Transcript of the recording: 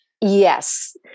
Yes